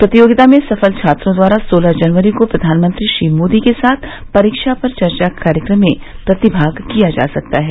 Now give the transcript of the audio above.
प्रतियोगिता में सफल छात्रों द्वारा सोलह जनवरी को प्रधानमंत्री श्री मोदी के साथ परीक्षा पर चर्चा कार्यक्रम में प्रतिभाग किया जा सकता है